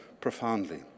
profoundly